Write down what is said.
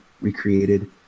recreated